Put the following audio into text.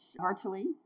virtually